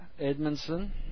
Edmondson